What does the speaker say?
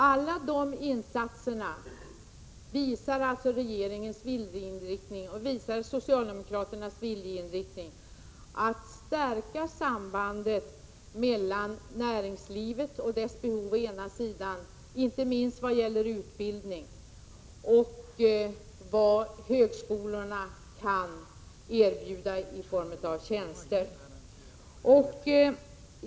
Alla de insatserna visar regeringens och socialdemokraternas viljeinriktning att stärka sambandet mellan näringslivet och dess behov — inte minst vad gäller utbildning — och vad högskolorna kan erbjuda i form av tjänster.